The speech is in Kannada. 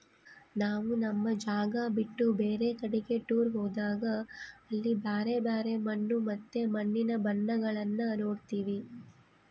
ನಾವು ನಮ್ಮ ಜಾಗ ಬಿಟ್ಟು ಬೇರೆ ಕಡಿಗೆ ಟೂರ್ ಹೋದಾಗ ಅಲ್ಲಿ ಬ್ಯರೆ ಬ್ಯರೆ ಮಣ್ಣು ಮತ್ತೆ ಮಣ್ಣಿನ ಬಣ್ಣಗಳನ್ನ ನೋಡ್ತವಿ